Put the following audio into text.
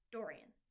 Dorian